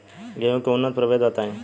गेंहू के उन्नत प्रभेद बताई?